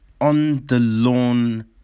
on-the-lawn